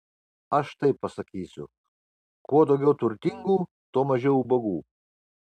aš taip pasakysiu kuo daugiau turtingų tuo mažiau ubagų